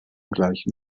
gleichen